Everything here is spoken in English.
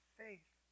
faith